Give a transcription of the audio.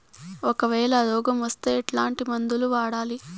ఒకవేల రోగం వస్తే ఎట్లాంటి మందులు వాడాలి?